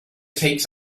takes